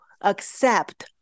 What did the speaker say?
accept